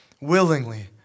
willingly